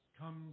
come